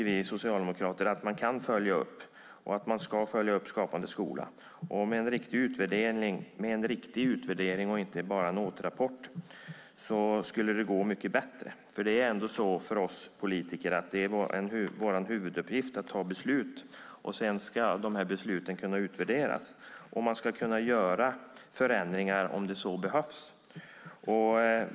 Vi socialdemokrater tycker att det är viktigt att man följer upp Skapande skola. Med en riktig utvärdering och inte bara en återrapport skulle det gå mycket bättre. En huvuduppgift för oss politiker är att fatta beslut. Besluten ska sedan kunna utvärderas. Man ska kunna göra förändringar om det behövs.